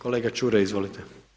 Kolega Čuraj, izvolite.